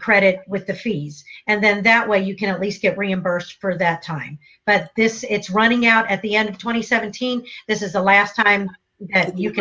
credits with the fees and then that way you can at least get reimbursed for that time but this it's running out at the end of twenty seventeen this is the last time and you